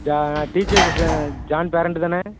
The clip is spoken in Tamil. நான் டீச்சர் பேசுகிறேன் ஜான் பேரண்ட்டு தானே